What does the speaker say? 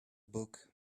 book